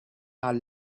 are